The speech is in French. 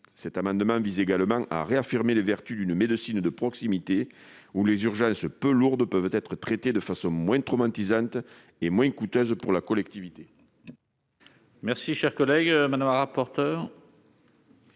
Cet amendement vise également à réaffirmer les vertus d'une médecine de proximité, dans laquelle les urgences peu lourdes peuvent être traitées de façon moins traumatisante et moins coûteuse pour la collectivité.